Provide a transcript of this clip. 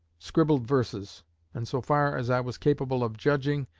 scribbled verses and so far as i was capable of judging,